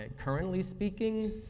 ah currently speaking,